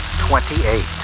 twenty-eight